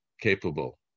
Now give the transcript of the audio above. capable